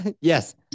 Yes